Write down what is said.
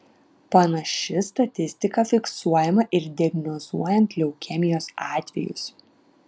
panaši statistika fiksuojama ir diagnozuojant leukemijos atvejus